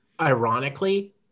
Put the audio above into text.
Ironically